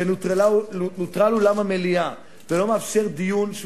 כשנוטרל אולם המליאה והוא אינו מאפשר דיון שהוא